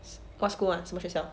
what school [one] 什么学校